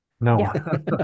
No